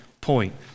point